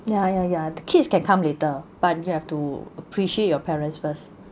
ya ya ya the kids can come later but you have to appreciate your parents first